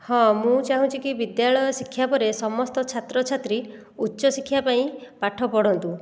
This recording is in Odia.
ହଁ ମୁଁ ଚାହୁଁଛିକି ବିଦ୍ୟାଳୟ ଶିକ୍ଷା ପରେ ସମସ୍ତ ଛାତ୍ରଛାତ୍ରୀ ଉଚ୍ଚ ଶିକ୍ଷା ପାଇଁ ପାଠ ପଢ଼ନ୍ତୁ